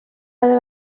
cada